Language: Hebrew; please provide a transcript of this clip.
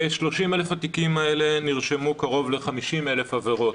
ב-30,000 התיקים האלה נרשמו קרוב ל-50,000 עבירות,